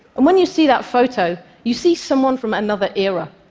and when you see that photo, you see someone from another era.